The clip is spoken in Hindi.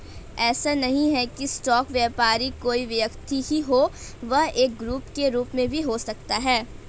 ऐसा नहीं है की स्टॉक व्यापारी कोई व्यक्ति ही हो वह एक ग्रुप के रूप में भी हो सकता है